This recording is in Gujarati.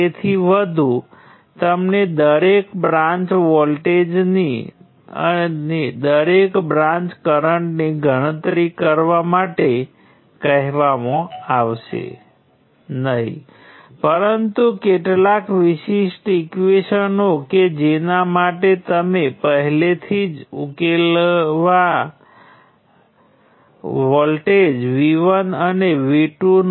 તેથી જ્યારે તમારી પાસે વોલ્ટેજ નિયંત્રિત કરંટ સ્ત્રોત હોય ત્યારે તમે આગળ જઈ શકો છો અને અગાઉની જેમ નોડ સમીકરણો લખી શકો સિવાય કે કંડક્ટન્સ મેટ્રિક્સ સપ્રમાણ હશે નહીં તેથી આ બે કેસ વચ્ચે સામાન્ય તફાવત છે